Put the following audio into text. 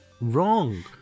Wrong